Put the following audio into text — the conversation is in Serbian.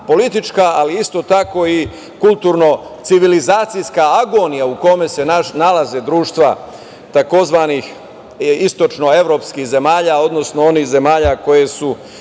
ali isto tako i kulturno-civilizacijska agonija u kojoj se nalaze društva tzv. istočno evropskih zemalja, odnosno onih zemalja koje su